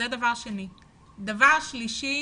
דבר שלישי